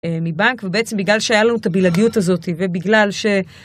מבנק ובעצם בגלל שהיה לנו את הבלעדיות הזאת ובגלל ש...